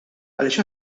għaliex